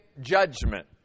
judgment